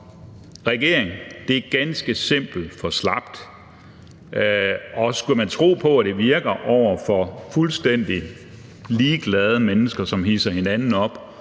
regering! Det er ganske simpelt for slapt. Skulle man tro på, at det virker over for fuldstændig ligeglade mennesker, som hidser hinanden op